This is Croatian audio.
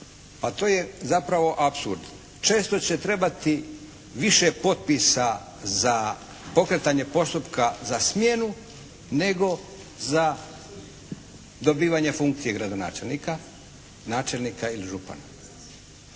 pa to je zapravo apsurd. Često će trebati više potpisa za pokretanje postupka za smjenu, nego za dobivanje funkcije gradonačelnika, načelnika ili župana.